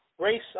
race